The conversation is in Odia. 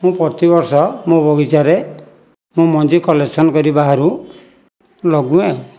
ମୁଁ ପ୍ରତିବର୍ଷ ମୋ ବଗିଚାରେ ମୁଁ ମଞ୍ଜି କଲେକ୍ସନ କରି ବାହାରୁ ଲଗୁଏ